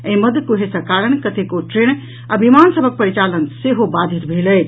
एहि मध्य कुहेसक कारण कतेको ट्रेन आ विमान सभक परिचालन सेहो बाधित भेल अछि